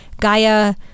Gaia